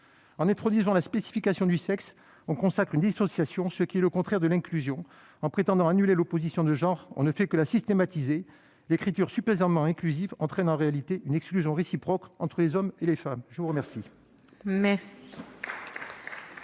En introduisant la spécification du sexe, on consacre une dissociation, ce qui est le contraire de l'inclusion. En prétendant annuler l'opposition de genre, on ne fait que la systématiser. » L'écriture supposément « inclusive » entraîne, en réalité, une exclusion réciproque entre les hommes et les femmes. La parole